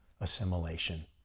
assimilation